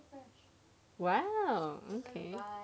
!wow! okay